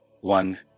One